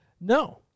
No